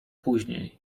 później